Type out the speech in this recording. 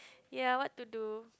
ya what to do